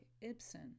Ibsen